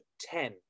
ten